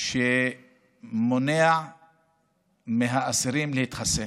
שמונע מהאסירים להתחסן.